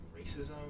racism